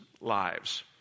lives